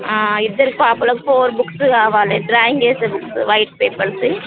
ఇద్దరి పాపలకు four books కావాలీ డ్రాయింగ్ వేసే బుక్స్ వైట్ పేపర్స్ది